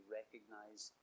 recognize